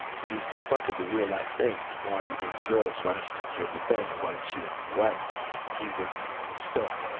when he's confronted with real life things, why are you doing drugs, why don't you take care of your family, why are you cheating on your wife he would stutter.